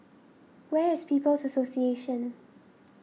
where is People's Association